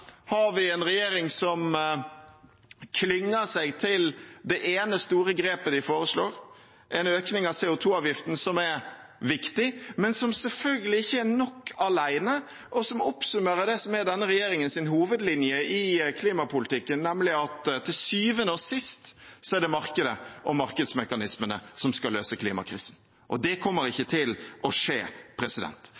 har vi en regjering som klynger seg til det ene store grepet den foreslår, en økning av CO 2 -avgiften, som er viktig, men som selvfølgelig ikke er nok alene, og som oppsummerer det som er denne regjeringens hovedlinje i klimapolitikken, nemlig at til syvende og sist er det markedet og markedsmekanismene som skal løse klimakrisen. Og det kommer ikke